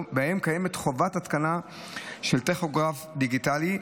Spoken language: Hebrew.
שבהן קיימת חובת התקנה של טכוגרף דיגיטלי.